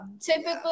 Typically